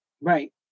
Right